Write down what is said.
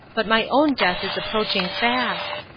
but my own death is approaching fast.